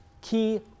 key